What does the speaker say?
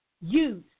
use